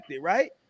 right